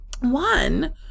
One